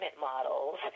models